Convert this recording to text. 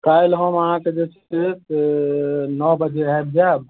काल्हि हम अहाँके जे छै से नओ बजे आबि जायब